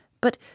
But